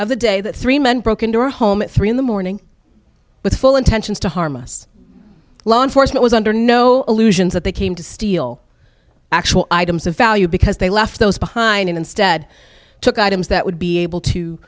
of the day that three men broke into our home at three in the morning with full intentions to harm us law enforcement was under no illusions that they came to steal actual items of value because they left those behind and instead took items that would be able to